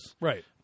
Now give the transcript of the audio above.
Right